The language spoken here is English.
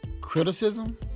criticism